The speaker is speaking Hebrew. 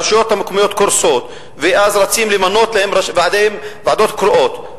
הרשויות המקומיות קורסות ואז רצים למנות להן ועדות קרואות.